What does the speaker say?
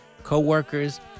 co-workers